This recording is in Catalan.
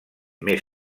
més